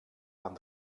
aan